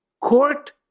court